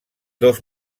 dos